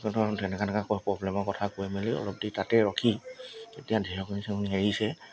সিহঁতক এনেকৈ তেনেকৈ প্ৰব্লেমৰ কথা কৈ মেলি অলপ দেৰি তাতে ৰখি যেতিয়া ঢেৰেকনি চেৰেকনি এৰিছে